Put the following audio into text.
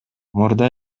мурда